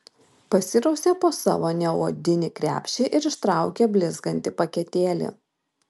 pasirausė po savo neodinį krepšį ir ištraukė blizgantį paketėlį